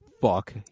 Fuck